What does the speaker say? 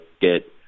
get